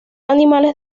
animales